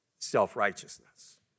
Self-righteousness